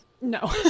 no